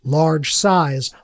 large-size